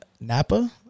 Napa